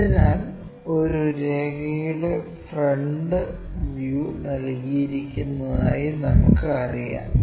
അതിനാൽ ഒരു രേഖയുടെ ഫ്രണ്ട് വ്യൂ നൽകിയിരിക്കുന്നതായി നമുക്ക് അറിയാം